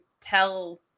tell